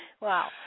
Wow